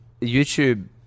YouTube